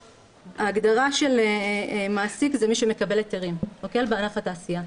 ההגדרה של מעסיק זה מי שמקבל היתרים בענף התעשייה.